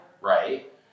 Right